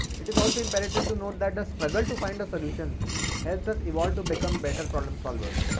it is also imperative to note that the struggle to find a solution helps us evolve to become better problem solvers.